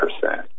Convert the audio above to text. percent